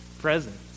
presence